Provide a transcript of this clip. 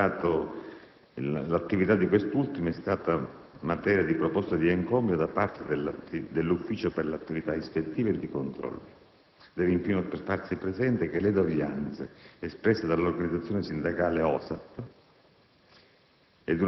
l'attività di quest'ultimo è stata oggetto di proposta di encomio da parte dell'ufficio per l'attività ispettiva e del controllo. Deve, infine, farsi presente che le doglianze espresse dall'organizzazione sindacale OSAPP